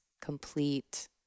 complete